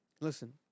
Listen